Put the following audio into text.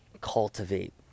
cultivate